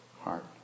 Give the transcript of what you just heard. heart